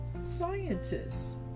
scientists